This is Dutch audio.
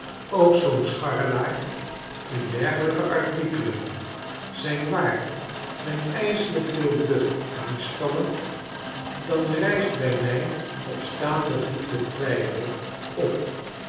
ook zoo'n schacheraar in dergelyke artikelen zyn waar met ijselijk veel bluf uitstallen dan rijst b mij op staanden voet de twijfel op